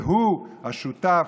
והוא השותף.